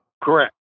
Correct